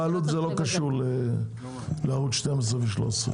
בעלות זה לא קשור לערוץ 12 ו-13.